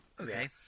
Okay